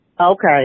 Okay